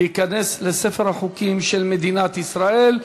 וייכנס לספר החוקים של מדינת ישראל.